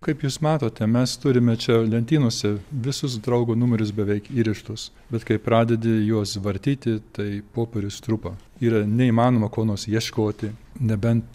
kaip jūs matote mes turime čia lentynose visus draugo numeris beveik įrištus bet kai pradedi juos vartyti tai popierius trupa yra neįmanoma ko nors ieškoti nebent